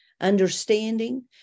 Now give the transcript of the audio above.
understanding